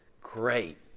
great